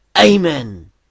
Amen